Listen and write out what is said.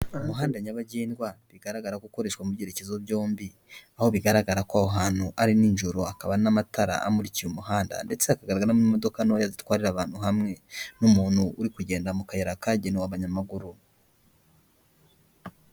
Umuhanda nyabagendwa bigaragara ko ukoreshwa mu byerekezo byombi, aho bigaragara ko aho hantu ari nijoro, hakaba hari n'amatara amurikiye umuhanda ndetse hakagaragara n'imodoka ntoya zitwararira abantu hamwe n'umuntu uri kugenda mu kayira kagenewe abanyamaguru.